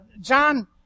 John